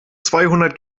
zweihundert